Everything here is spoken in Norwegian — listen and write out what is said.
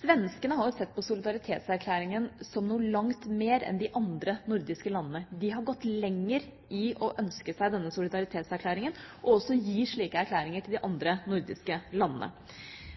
Svenskene har sett på solidaritetserklæringen som noe langt mer enn de andre nordiske landene. De har gått lenger i å ønske seg denne solidaritetserklæringen og også å gi slike erklæringer til de andre nordiske landene.